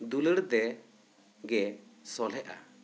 ᱫᱩᱞᱟᱹᱲ ᱛᱮ ᱜᱮ ᱥᱚᱞᱦᱮᱜ ᱟ